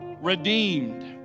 redeemed